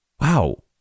wow